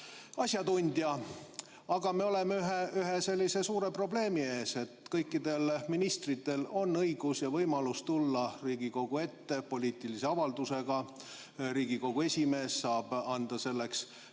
asjatundja. Aga me oleme ühe suure probleemi ees. Kõikidel ministritel on õigus ja võimalus tulla Riigikogu ette poliitilise avaldusega. Riigikogu esimees saab anda selleks